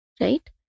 right